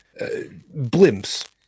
blimps